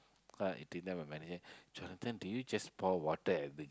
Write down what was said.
because I eating then my manager Jonathan did you just pour water at the